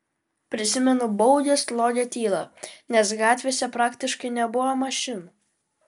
prisimenu baugią slogią tylą nes gatvėse praktiškai nebuvo mašinų